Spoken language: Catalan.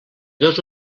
dos